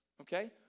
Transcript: Okay